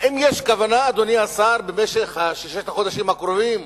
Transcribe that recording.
האם יש כוונה, אדוני השר, בששת החודשים הקרובים,